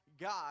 God